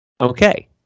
Okay